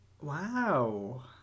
Wow